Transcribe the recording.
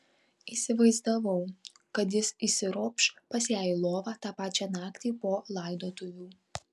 įsivaizdavau kad jis įsiropš pas ją į lovą tą pačią naktį po laidotuvių